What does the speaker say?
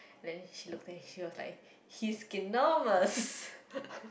then she look then she was like he is genomes